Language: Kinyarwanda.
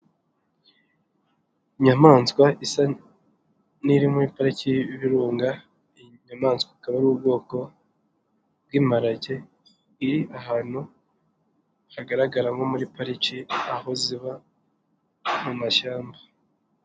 Inyamanswa isa n'iri muri pariki y'ibirunga iyi nyamaswa ikaba ari ubwoko bw'imparage, iri ahantu hagaragara nko muri pariki aho ziba mu mashyamba.